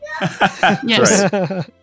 yes